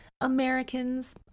Americans